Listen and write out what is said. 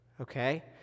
Okay